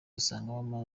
usangamo